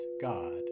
God